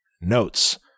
notes